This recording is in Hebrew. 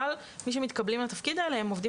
אבל מי שמתקבלים לתפקידים האלה הם עובדים